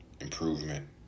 Improvement